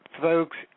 folks